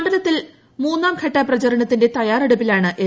മണ്ഡലത്തിൽ മൂന്നാംഘട്ട പ്രചരണത്തിന്റെ തയ്യാറെടുപ്പിലാണ് എൽ